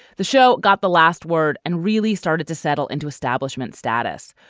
the show got the last word and really started to settle into establishment status.